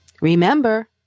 Remember